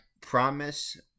promise